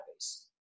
database